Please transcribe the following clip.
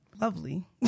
lovely